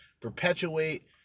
perpetuate